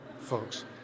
folks